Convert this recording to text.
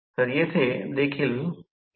म्हणून त्यावेळी कार्यक्षमता 99 होती